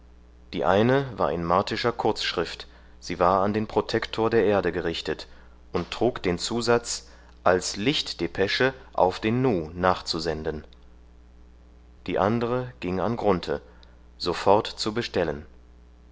die eine war in martischer kurzschrift sie war an den protektor der erde gerichtet und trug den zusatz als lichtdepesche auf den nu nachzusenden die andre ging an grunthe sofort zu bestellen